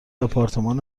آپارتمان